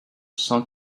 cent